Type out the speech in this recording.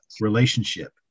relationship